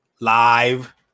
live